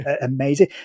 amazing